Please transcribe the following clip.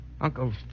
Uncle